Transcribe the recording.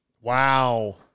Wow